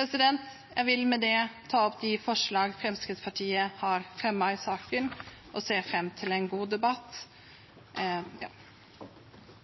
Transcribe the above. Jeg vil med det ta opp det forslaget Fremskrittspartiet har fremmet i saken, og ser fram til en god debatt.